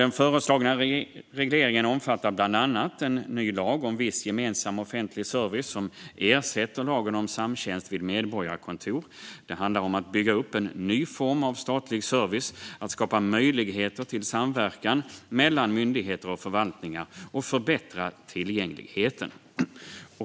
Den föreslagna regleringen omfattar bland annat en ny lag om viss gemensam offentlig service som ersätter lagen om samtjänst vid medborgarkontor. Det handlar om att bygga upp en ny form av statlig service, skapa möjligheter till samverkan mellan myndigheter och förvaltningar och förbättra tillgängligheten.